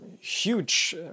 Huge